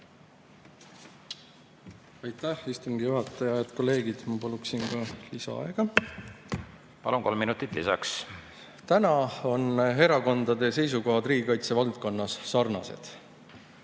Aitäh, istungi juhataja! Head kolleegid! Ma paluksin ka lisaaega. Palun, kolm minutit lisaks! Täna on erakondade seisukohad riigikaitse valdkonnas sarnased,